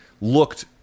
looked